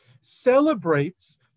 celebrates